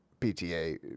PTA